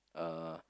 uh